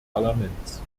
parlaments